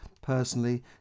personally